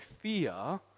fear